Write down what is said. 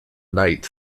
knight